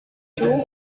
too